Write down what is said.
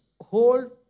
hold